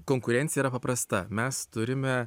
konkurencija yra paprasta mes turime